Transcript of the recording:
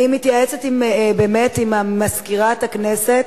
אני מתייעצת עם מזכירת הכנסת.